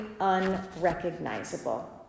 unrecognizable